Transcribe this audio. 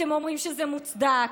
אתם אומרים שזה מוצדק,